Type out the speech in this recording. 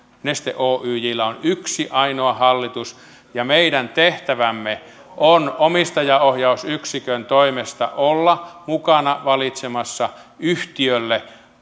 neste oyjllä on yksi ainoa hallitus ja meidän tehtävämme on omistajaohjausyksikön toimesta olla mukana valitsemassa yhtiölle